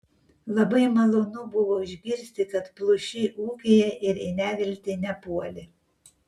labai malonu buvo išgirsti kad pluši ūkyje ir į neviltį nepuoli